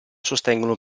sostengono